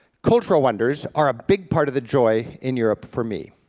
cultural wonders are a big part of the joy in europe for me.